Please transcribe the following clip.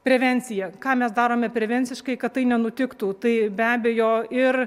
prevencija ką mes darome prevenciškai kad tai nenutiktų tai be abejo ir